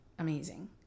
Amazing